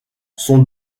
son